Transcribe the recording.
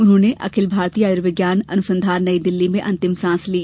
उन्होंने अखिल भारतीय आयुर्विज्ञान अनुसंधान नई दिल्ली में अंतिम सांस ली